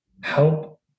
help